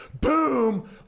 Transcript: Boom